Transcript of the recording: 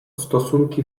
stosunki